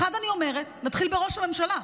אחת, אני אומרת, נתחיל בראש הממשלה.